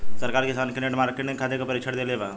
सरकार किसान के नेट मार्केटिंग खातिर प्रक्षिक्षण देबेले?